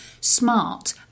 smart